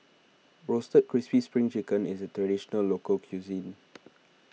Roasted Crispy Spring Chicken is a Traditional Local Cuisine